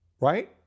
right